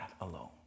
alone